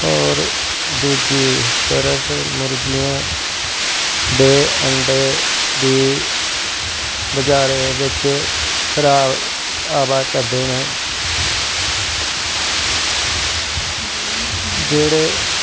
ते होर दुज्जी तरफ मुर्गियां दे अंडे बी बज़ारा बिच्च अवा करदे न जेह्ड़े